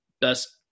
best